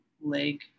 leg